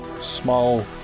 small